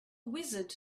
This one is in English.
wizard